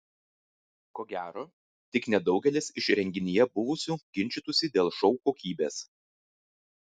ko gero tik nedaugelis iš renginyje buvusių ginčytųsi dėl šou kokybės